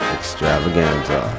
Extravaganza